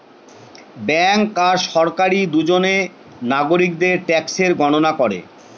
bank আর সরকারি দুজনে নাগরিকদের ট্যাক্সের গণনা করে